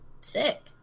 sick